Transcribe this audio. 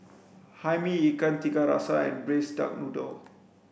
hae mee ikan tiga rasa and braised duck noodle